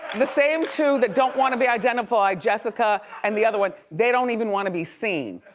the same two that don't wanna be identified, jessica and the other one, they don't even wanna be seen.